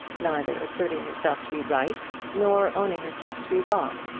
neither asserting herself to be right, nor owning herself to be wrong.